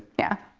yeah.